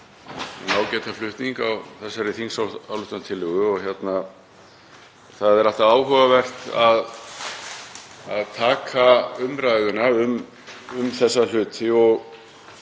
ágætan flutning á þessari þingsályktunartillögu. Það er alltaf áhugavert að taka umræðuna um þessa hluti.